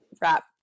wrap